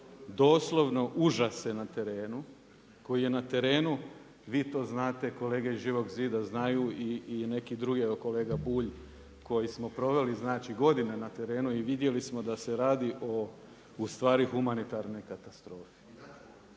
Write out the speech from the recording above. doslovno užase na terenu, koji je na terenu vi to znate kolege iz Živog zida znaju i neki drugi kolega Bulj koji smo proveli znači godine na terenu i vidjeli smo da se radi o u stvari humanitarnoj katastrofi.